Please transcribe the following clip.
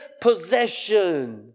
possession